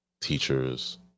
teachers